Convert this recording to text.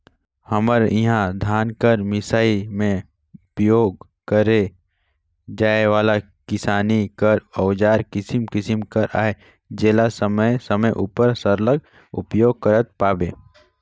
हमर इहा धान कर मिसई मे उपियोग करे जाए वाला किसानी कर अउजार किसिम किसिम कर अहे जेला समे समे उपर सरलग उपियोग करत पाबे